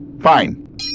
Fine